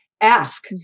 ask